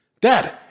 Dad